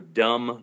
dumb